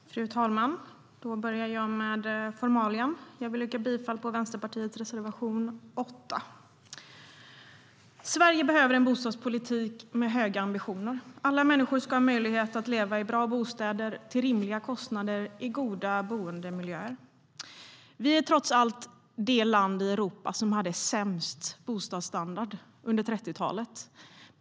Fru talman! Jag börjar med formalia: Jag vill yrka bifall till Vänsterpartiets reservation nr 8.Sverige behöver en bostadspolitik med höga ambitioner. Alla människor ska ha möjlighet att leva i bra bostäder till rimliga kostnader i goda boendemiljöer. Vi är trots allt det land i Europa som hade sämst bostadsstandard under 1930-talet.